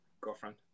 Girlfriend